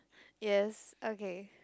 yes okay